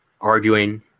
arguing